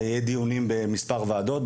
ויהיו דיונים במספר ועדות.